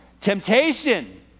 temptation